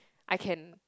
I can